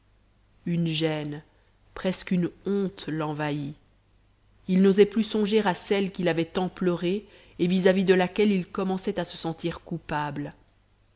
une gêne presque une honte l'envahit il n'osait plus songer à celle qu'il avait tant pleurée et vis-à-vis de laquelle il commençait à se sentir coupable